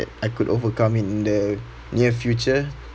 if I could overcome in the near future